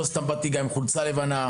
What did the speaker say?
לא סתם גם באתי לבוש בחולצה לבנה.